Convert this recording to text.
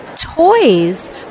toys